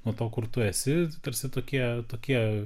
nuo to kur tu esi tarsi tokie tokie